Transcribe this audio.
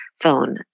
phone